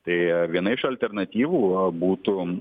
tai viena iš alternatyvų būtų